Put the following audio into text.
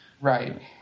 Right